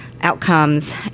outcomes